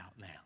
now